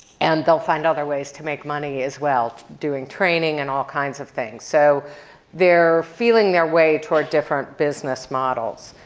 and they'll find other ways to make money as well doing training and all kinds of things. so they're feeling their way toward different business models.